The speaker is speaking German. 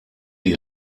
die